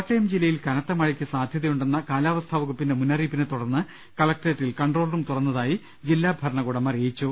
കോട്ടയം ജില്ലയിൽ കനത്ത മഴയ്ക്ക് സാധൃതയുണ്ടെന്ന കാലാവസ്ഥാ വകുപ്പിന്റെ മുന്നറിയിപ്പിനെ തുടർന്ന് കലക്ട്രേറ്റിൽ കൺട്രോൾ റൂം തുറന്നതായി ജില്ലാ ഭരണകൂടം അറിയിച്ചു